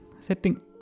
setting